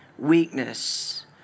weakness